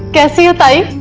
sai!